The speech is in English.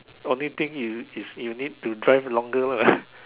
only thing is is you need to drive longer lah